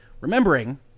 Remembering